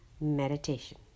meditation